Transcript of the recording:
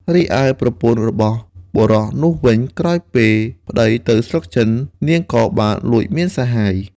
រីឯប្រពន្ធរបស់បុរសនោះវិញ ក្រោយពេលប្ដីទៅស្រុកចិន នាងក៏បានលួចមានសហាយ។